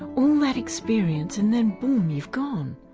all that experience and then boom you've gone.